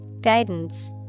Guidance